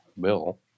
bill